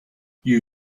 you